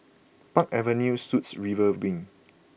Park Avenue Suites River Wing